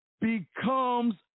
becomes